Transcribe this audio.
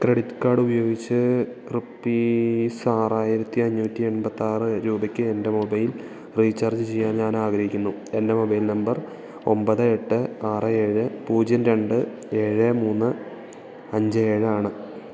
credit ക്കാഡുപയോഗിച്ച് rupees ആറായിരത്തി അഞ്ഞൂറ്റി എമ്പത്താറ് രൂപയ്ക്ക് എൻറ്റെ മൊബൈൽ റീചാർജ് ചെയ്യാൻ ഞാൻ ആഗ്രഹിക്കുന്നു എൻറ്റെ മൊബൈൽ നമ്പർ ഒമ്പത് എട്ട് ആറ് ഏഴ് പൂജ്യം രണ്ട് ഏഴ് മൂന്ന് അഞ്ച് ഏഴ് ആണ്